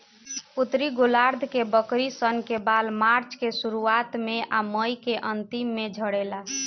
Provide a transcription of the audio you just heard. उत्तरी गोलार्ध के बकरी सन के बाल मार्च के शुरुआत में आ मई के अन्तिम में झड़ेला